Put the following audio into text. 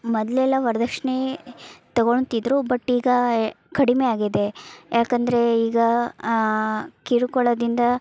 ಮೊದ್ಲೆಲ್ಲ ವರದಕ್ಷ್ಣೆ ತಗೊಳ್ತಿದ್ರು ಬಟ್ ಈಗ ಕಡಿಮೆ ಆಗಿದೆ ಏಕಂದ್ರೆ ಈಗ ಕಿರುಕುಳದಿಂದ